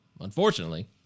unfortunately